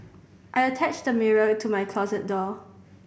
I attached a mirror to my closet door